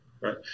right